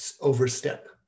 overstep